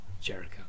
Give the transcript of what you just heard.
Jericho